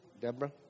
Deborah